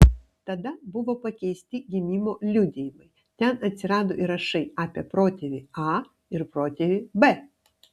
tada buvo pakeisti gimimo liudijimai ten atsirado įrašai apie protėvį a ir protėvį b